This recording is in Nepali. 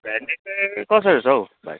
भेन्डी चाहिँ कसरी छ हौ भाइ